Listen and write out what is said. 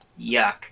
yuck